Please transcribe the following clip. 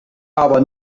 aber